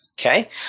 Okay